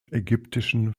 ägyptischen